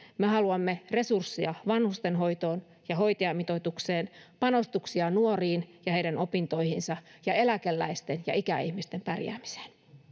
me haluamme resursseja vanhustenhoitoon ja hoitajamitoitukseen panostuksia nuoriin ja heidän opintoihinsa ja eläkeläisten ja ikäihmisten pärjäämiseen